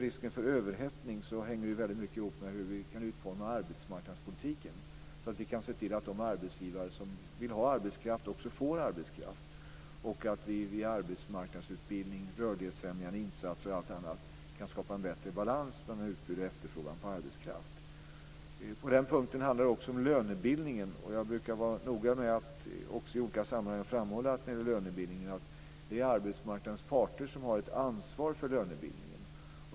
Risken med överhettning hänger väldigt mycket ihop med hur vi kan utforma arbetsmarknadspolitiken så att vi kan se till att de arbetsgivare som vill ha arbetskraft också får arbetskraft och att vi i samband med arbetsmarknadsutbildning, rörlighetsfrämjande insatser o.d. kan skapa en bättre balans mellan utbud och efterfrågan på arbetskraft. På den punkten handlar det också om lönebildningen. Jag brukar vara noga med att i olika sammanhang framhålla att arbetsmarknadens parter har ett ansvar för lönebildningen.